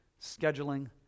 scheduling